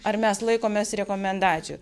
ar mes laikomės rekomendacijų